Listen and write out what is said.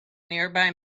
nearby